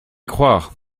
croire